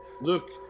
Look